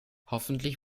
hoffentlich